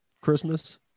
Christmas